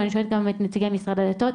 ואני שואלת גם את נציגי משרד הדתות,